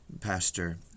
Pastor